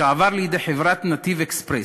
שעבר לידי חברת "נתיב אקספרס".